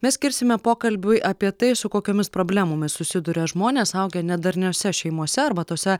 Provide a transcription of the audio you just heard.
mes skirsime pokalbiui apie tai su kokiomis problemomis susiduria žmonės augę nedarniose šeimose arba tose